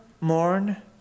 morn